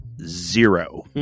zero